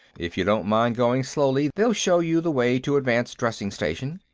if you don't mind going slowly, they'll show you the way to advance dressing station,